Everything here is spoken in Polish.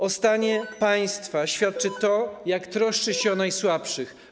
O stanie państwa świadczy to, jak troszczy się o najsłabszych.